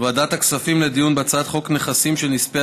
וועדת הכספים לדיון בהצעת חוק נכסים של נספי